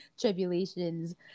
tribulations